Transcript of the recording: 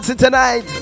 tonight